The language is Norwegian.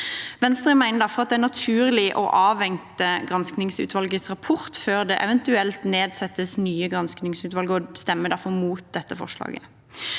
Birgitte Tengs-saken er naturlig å avvente granskingsutvalgets rapport før det eventuelt nedsettes nye granskingsutvalg, og stemmer derfor mot dette forslaget.